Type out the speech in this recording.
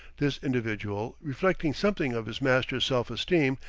this individual, reflecting something of his master's self-esteem,